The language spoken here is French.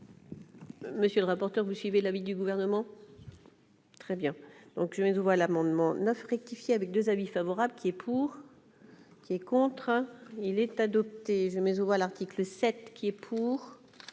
Monsieur le rapporteur, vous suivez l'avis du gouvernement. Très bien, donc je voix l'amendement 9 rectifié avec 2 avis favorable qui est pour, qui est contre, il est adopté l'article 7 qui est pour,